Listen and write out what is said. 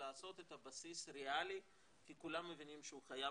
לעשות את הבסיס ריאלי כי כולם מבינים שהוא חייב